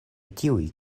tiuj